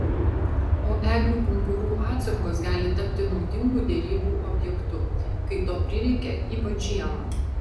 o eglių pumpurų atsargos gali tapti naudingu derybų objektu kai to prireikia ypač žiemą